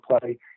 play